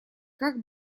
как